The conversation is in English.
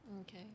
okay